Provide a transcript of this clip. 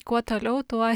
kuo toliau tuo